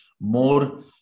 more